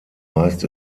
meist